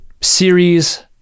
series